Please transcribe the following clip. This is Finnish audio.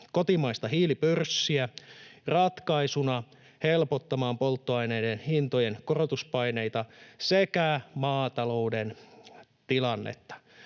kotimaista hiilipörssiä ratkaisuna helpottamaan polttoaineiden hintojen korotuspaineita sekä maatalouden tilannetta.